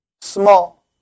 Small